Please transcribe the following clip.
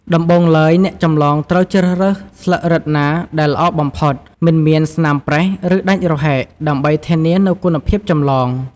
ដំបូងឡើយ អ្នកចម្លងត្រូវជ្រើសរើសស្លឹករឹតណាដែលល្អបំផុត មិនមានស្នាមប្រេះ ឬដាច់រហែក ដើម្បីធានានូវគុណភាពចម្លង។